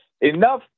Enough